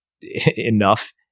enough